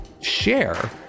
share